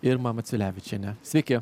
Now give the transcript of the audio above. irma maciulevičienė sveiki